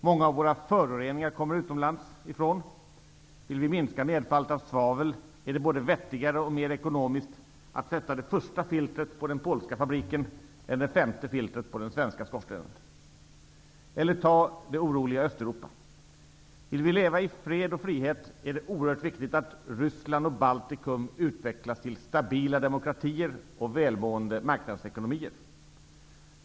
Många av våra föroreningar kommer utomlands ifrån. Vill vi minska nedfallet av svavel är det både vettigare och mera ekonomiskt att sätta det första filtret på den polska fabriken än det femte filtret på den svenska skorstenen. Vi kan också ta det oroliga Östeuropa som exempel. Vill vi leva i fred och frihet är det oerhört viktigt att Ryssland och Baltikum utvecklas till stabila demokratier och välmående marknadsekonomier.